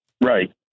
Right